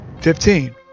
Fifteen